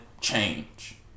change